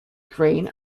grain